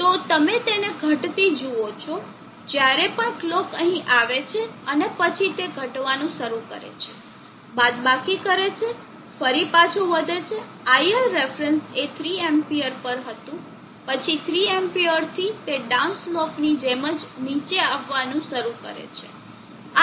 તો તમે તેને ધટતી જુઓ છો જ્યારે પણ કલોક અહીં આવે છે અને પછી તે ઘટવાનું શરૂ કરે છે બાદબાકી કરે છે ફરી પાછો વધે છે ILref એ 3 Amps પર હતું પછી 3 Amps થી તે ડાઉન સ્લોપની જેમ જ નીચે આવવાનું શરૂ કરે છે